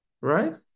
Right